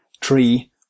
tree